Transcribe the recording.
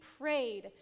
prayed